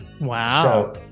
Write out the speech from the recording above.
Wow